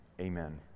amen